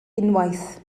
unwaith